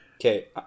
Okay